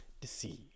deceive